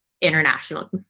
international